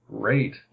great